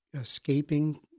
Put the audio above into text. escaping